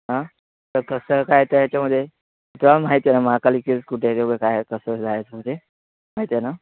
आं तर कसं काय त्या याच्यामध्ये तुला माहिती आहे ना महाकाली केव्ज कुठे आहे काय कसं जायचं ते माहिती आहे ना